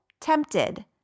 tempted